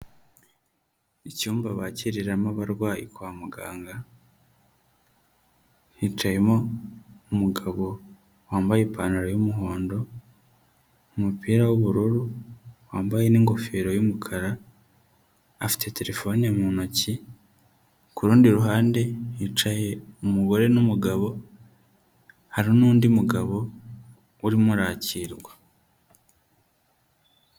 Icyumba bakiriramo abarwayi kwa muganga, hicayemo umugabo wambaye ipantaro y'umuhondo, umupira w'ubururu, wambaye n'ingofero y'umukara, afite terefone mu ntoki, ku rundi ruhande hicaye umugore n'umugabo, hari n'undi mugabo urimo arakirwa.